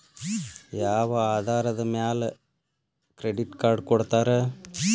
ಯಾವ ಆಧಾರದ ಮ್ಯಾಲೆ ಕ್ರೆಡಿಟ್ ಕಾರ್ಡ್ ಕೊಡ್ತಾರ?